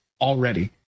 already